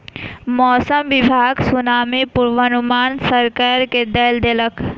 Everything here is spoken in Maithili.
मौसम विभाग सुनामी के पूर्वानुमान सरकार के दय देलक